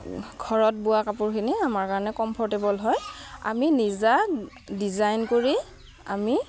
ঘৰত বোৱা কাপোৰখিনি আমাৰ কাৰণে কমফৰ্টেবল হয় আমি নিজা ডিজাইন কৰি আমি